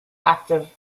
active